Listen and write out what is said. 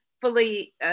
fully